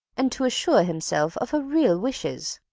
and to assure himself of her real wishes.